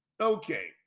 Okay